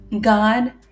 God